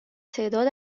تعداد